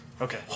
Okay